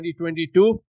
2022